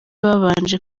babanje